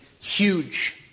huge